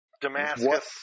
Damascus